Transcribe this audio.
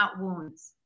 wounds